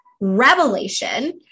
revelation